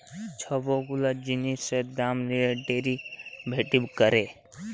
ছব গুলা জিলিসের দাম দিঁয়ে ডেরিভেটিভ ক্যরে